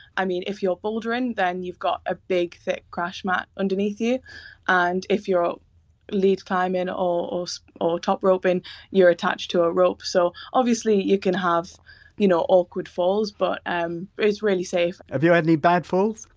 i mean if you're bouldering then you've got a bit thick crash mat underneath you and if you're lead climbing or so or top roping you're attached to a rope. so, obviously, you can have you know awkward falls but um it's really safe have you had any bad falls?